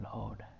Lord